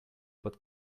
but